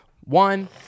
One